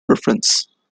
preference